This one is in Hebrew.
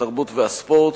התרבות והספורט,